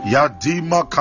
Yadima